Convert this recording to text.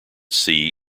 sea